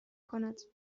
کند